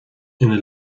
ina